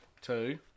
two